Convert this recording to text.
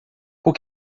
por